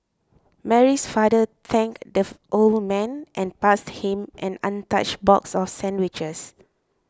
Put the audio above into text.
Mary's father thanked the old man and passed him an untouched box of sandwiches